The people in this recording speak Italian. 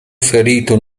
ferito